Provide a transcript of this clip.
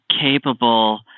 capable